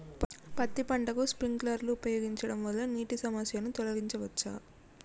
పత్తి పంటకు స్ప్రింక్లర్లు ఉపయోగించడం వల్ల నీటి సమస్యను తొలగించవచ్చా?